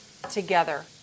Together